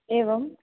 एवम्